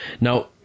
Now